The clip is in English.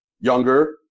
younger